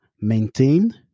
maintain